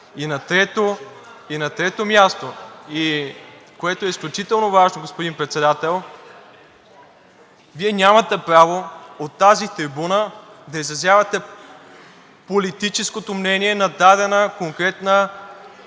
И на трето място, което е изключително важно, господин Председател, Вие нямате право от тази трибуна да изразявате политическото мнение на дадена, конкретна